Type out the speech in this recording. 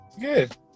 Good